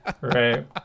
right